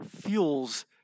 fuels